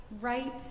right